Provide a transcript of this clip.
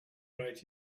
right